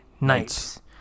Knights